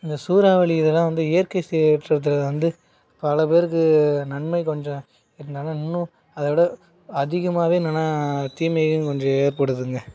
இந்த சூறாவளி இதலாம் வந்து இயற்கை சீற்றத்தில் வந்து பல பேருக்கு நன்மை கொஞ்சம் இருந்தாலும் இன்னும் அதை விட அதிகமாகவே என்னன்னா தீமையும் கொஞ்சம் ஏற்படுதுங்க